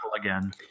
again